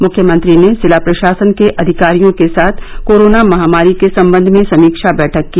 मुख्यमंत्री ने जिला प्रशासन के अधिकारियों के साथ कोरोना महामारी के सम्बंध में समीक्षा बैठक की